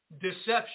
deception